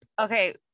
okay